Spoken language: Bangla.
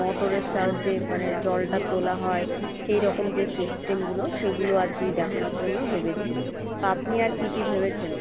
মোটরের সাহায্যে মানে জলটা তোলা হয় সেই রকম যে সিস্টেমগুলো সেগুলো আর কী দেখানোর জন্য ভেবেছি আপনি আর কী কী ভেবেছেন